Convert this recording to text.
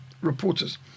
reporters